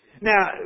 Now